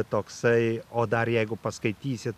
toksai o dar jeigu paskaitysit